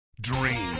Dream